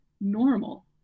normal